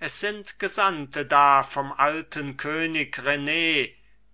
es sind gesandte da vom alten könig ren